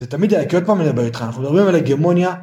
זה תמיד יע... עוד פעם לדבר איתך, אנחנו מדברים על הגמוניה.